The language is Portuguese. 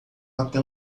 até